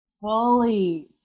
Fully